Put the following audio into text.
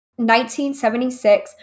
1976